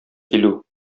килү